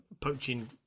poaching